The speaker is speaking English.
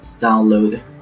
Download